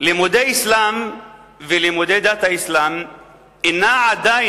לימודי אסלאם ולימודי דת האסלאם עדיין,